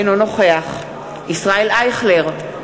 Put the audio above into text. אינו נוכח ישראל אייכלר,